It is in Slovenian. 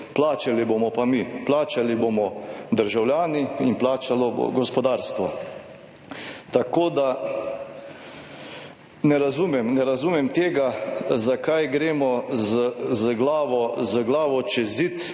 plačali bomo pa mi. Plačali bomo državljani in plačalo bo gospodarstvo. Tako da ne razumem, zakaj gremo z glavo z